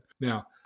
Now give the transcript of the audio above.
Now